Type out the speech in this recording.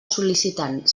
sol·licitant